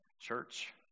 Church